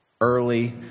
early